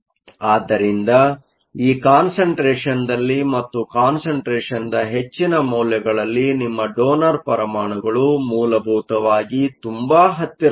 ಆದ್ದರಿಂದ ಈ ಕಾನ್ಸಂಟ್ರೇಷನ್ದಲ್ಲಿ ಮತ್ತು ಕಾನ್ಸಂಟ್ರೇಷನ್ದ ಹೆಚ್ಚಿನ ಮೌಲ್ಯಗಳಲ್ಲಿ ನಿಮ್ಮ ಡೋನರ್ ಪರಮಾಣುಗಳು ಮೂಲಭೂತವಾಗಿ ತುಂಬಾ ಹತ್ತಿರದಲ್ಲಿವೆ